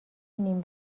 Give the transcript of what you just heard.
نیم